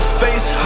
face